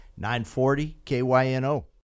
940-KYNO